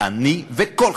אני וכל חברי.